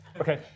Okay